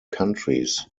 countries